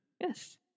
Yes